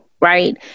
right